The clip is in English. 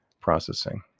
processing